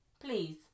Please